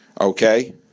okay